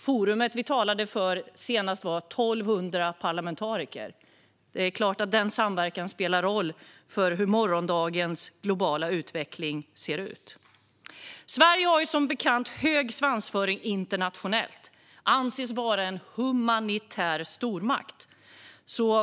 Forumet vi talade inför senast var 1 200 parlamentariker. Det är klart att den samverkan spelar en roll för hur morgondagens globala utveckling ser ut. Sverige har, som bekant, hög svansföring internationellt och anses vara en humanitär stormakt.